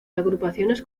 agrupaciones